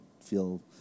feel